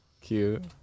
cute